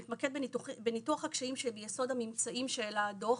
שמתמקד בניתוח הקשיים שביסוד הממצאים של הדו"ח,